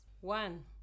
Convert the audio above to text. One